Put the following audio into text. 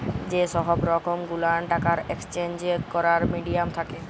যে সহব রকম গুলান টাকার একেসচেঞ্জ ক্যরার মিডিয়াম থ্যাকে